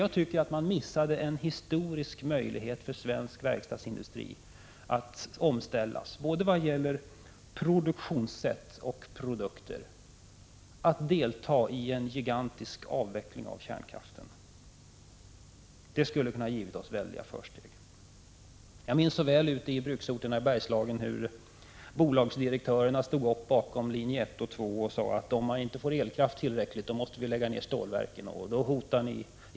Jag tycker att man missade en historisk möjlighet för svensk verkstadsindustri att omställas, både i vad gäller produktionssätt och produkter, och delta i en gigantisk avveckling av kärnkraften. Det hade kunnat ge oss väldiga försteg. Jag minns mycket väl hur bolagsdirektörerna i bruksorterna i Bergslagen stod upp bakom linje 1 och 2 och sade: Om vi inte får tillräckligt med elkraft, måste vi lägga ned stålverken.